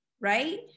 right